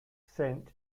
sent